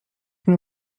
mnie